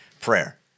Prayer